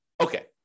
Okay